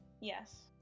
Yes